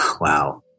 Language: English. wow